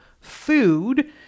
food